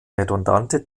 redundante